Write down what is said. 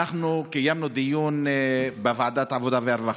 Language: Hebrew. אנחנו קיימנו דיון בוועדת העבודה והרווחה,